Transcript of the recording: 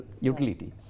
utility